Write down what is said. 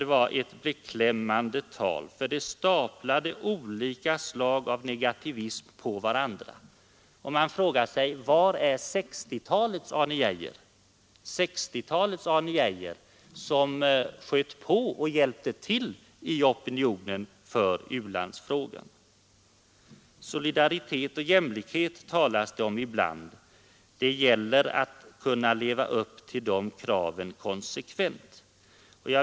Det var ett beklämmande tal, därför att det staplade negativismer på varandra. Man frågar sig: Var är 1960-talets Arne Geijer, som sköt på och hjälpte till i opinionsbildningen för u-landsfrågan? Solidaritet och jämlikhet talas det om ibland. Det gäller att kunna leva upp till dessa krav konsekvent.